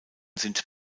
sind